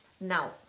Now